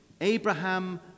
Abraham